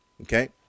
Okay